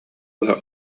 быһа